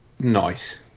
Nice